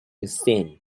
insane